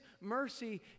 Mercy